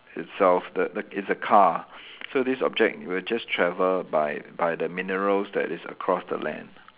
itself the the is a car so this object will just travel by by the minerals that is across the land